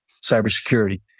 cybersecurity